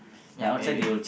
ya maybe